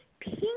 pink